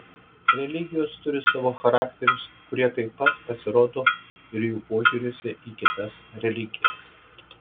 religijos turi savo charakterius kurie taip pat pasirodo ir jų požiūriuose į kitas religijas